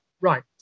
right